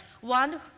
One